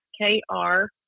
K-R